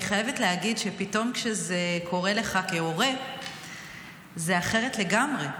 אני חייבת להגיד שפתאום כשזה קורה לך כהורה זה אחרת לגמרי.